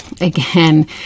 again